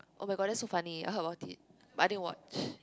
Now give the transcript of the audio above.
oh-my-god that's so funny I heard about it but I didn't watch